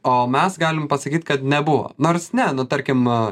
o mes galim pasakyt kad nebuvo nors ne nu tarkim